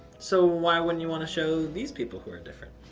so why wouldn't you want to show these people who are different?